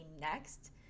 next